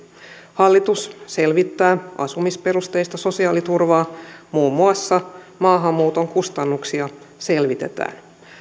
hallitus selvittää asumisperusteista sosiaaliturvaa muun muassa maahanmuuton kustannuksia selvitetään